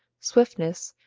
swiftness,